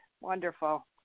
wonderful